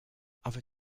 other